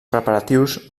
preparatius